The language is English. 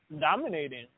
dominating